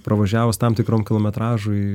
pravažiavus tam tikram kilometražui